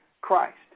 Christ